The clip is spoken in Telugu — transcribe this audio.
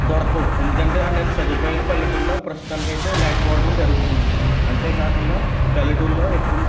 దొరకవు ఎందుకంటే అన్నన్ని సదుపాయాలు పల్లెటూర్లో ప్రస్తుతానికి అయితే లేకపోవడం జరుగుతుంది అంతేకాకుండా పల్లెటూర్లో ఎక్కువ